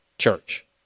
church